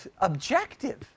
objective